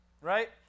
right